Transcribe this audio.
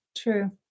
True